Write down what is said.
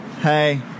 Hey